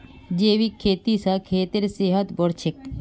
जैविक खेती स खेतेर सेहत बढ़छेक